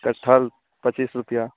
कटहल पच्चीस रुपया